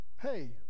hey